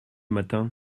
matin